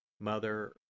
Mother